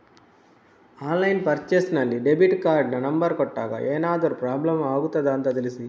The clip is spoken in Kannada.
ಆನ್ಲೈನ್ ಪರ್ಚೇಸ್ ನಲ್ಲಿ ಡೆಬಿಟ್ ಕಾರ್ಡಿನ ನಂಬರ್ ಕೊಟ್ಟಾಗ ಏನಾದರೂ ಪ್ರಾಬ್ಲಮ್ ಆಗುತ್ತದ ಅಂತ ತಿಳಿಸಿ?